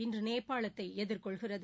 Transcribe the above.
இன்றுநேபாளத்தைஎதிர்கொள்கிறது